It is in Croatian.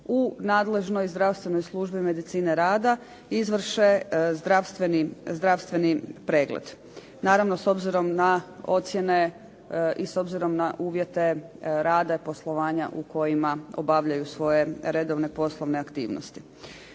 u nadležnoj zdravstvenoj službi medicine rada izvrše zdravstveni pregled, naravno s obzirom na ocjene i s obzirom na uvjete rada i poslovanja u kojima obavljaju svoje redovne poslovne aktivnosti.